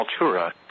Altura